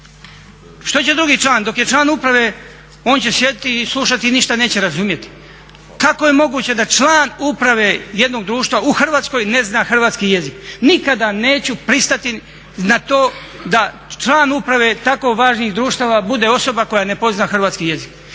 Što će drugi član dok je član uprave on će sjediti i slušati i ništa neće razumjeti? Kako je moguće da član uprave jednog društva u Hrvatskoj ne zna hrvatski jezik? Nikada neću pristati na to da član uprave tako važnih društava bude osoba koja ne poznaje hrvatski jezik